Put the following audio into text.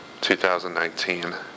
2019